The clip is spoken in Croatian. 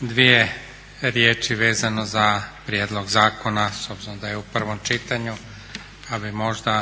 Dvije riječi vezano za prijedlog zakona, s obzirom da je u prvom čitanju, pa bih možda